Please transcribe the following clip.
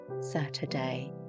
Saturday